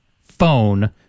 phone